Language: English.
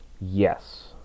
Yes